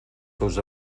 seus